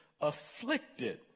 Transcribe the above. afflicted